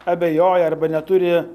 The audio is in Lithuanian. abejoja arba neturi